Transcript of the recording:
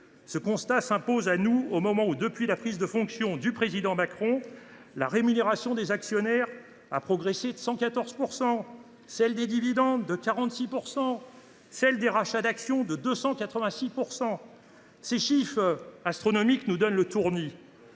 Ce constat s’impose à nous alors que, depuis la prise de fonction du président Macron, la rémunération des actionnaires a augmenté de 114 %, tandis que celle des dividendes a progressé de 46 % et celle des rachats d’actions de 286 %. Ces hausses astronomiques nous donnent le tournis.